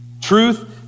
Truth